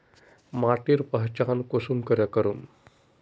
माटिर पहचान कुंसम करे करूम?